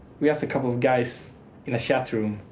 we're just a couple of guys in a chat room.